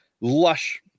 lush